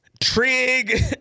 Trig